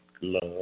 love